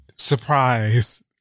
surprise